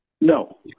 No